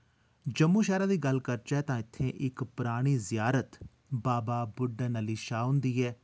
जम्मू शैह्रा दी गल्ल करचै तां इत्थै इक परानी जियारत बाबा बुड्डन अली शाह् हुंदी ऐ